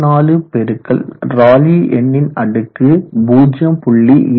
54 பெருக்கல் ராலி எண்ணின் அடுக்கு 0